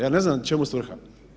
Ja ne znam čemu svrha.